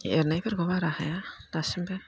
एरनायफोरखौ बारा हाया दासिमबो